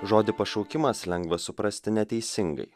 žodį pašaukimas lengva suprasti neteisingai